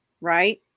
right